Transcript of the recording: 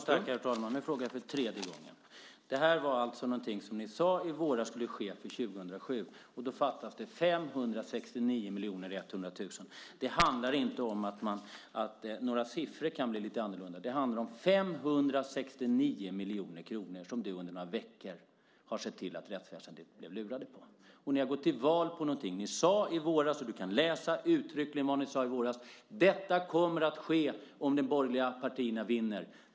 Herr talman! Nu frågar jag för tredje gången. Det gäller alltså någonting som ni i våras sade skulle ske till år 2007, och då fattas det 569 100 000 kr. Det handlar inte om att några siffror kan bli lite annorlunda, utan det handlar om 569 miljoner kronor som du under några veckor har sett till att rättsväsendet blivit lurat på. Ni har gått till val på någonting som ni sade i våras. Du kan uttryckligen läsa vad ni sade i våras: Detta kommer att ske om de borgerliga partierna vinner.